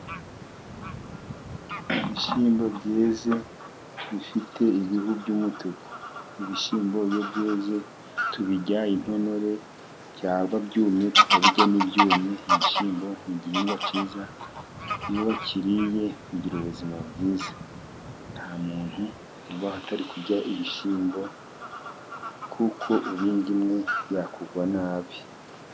Ibishyimbo byeze bifite ibihu by'umutuku. Ibishyimbo iyo byeze tubirya intonore byaba byumye tukabirya n'ibyumye. Ibishyimbo ni igihingwa cyiza uwakiriye agira ubuzima bwiza, nta muntu ubaho atari kurya ibishyimbo kuko uriye indyo imwe yakugwa nabi.